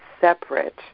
separate